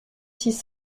six